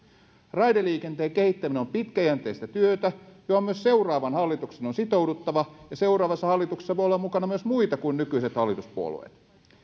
raideliikenteen kehittäminen on pitkäjänteistä työtä johon myös seuraavan hallituksen on sitouduttava ja seuraavassa hallituksessa voi olla mukana myös muita kuin nykyiset hallituspuolueet